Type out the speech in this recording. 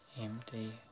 empty